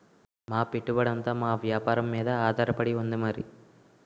మా పెట్టుబడంతా మా వేపారం మీదే ఆధారపడి ఉంది మరి